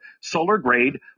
solar-grade